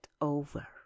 over